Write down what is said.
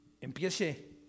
empiece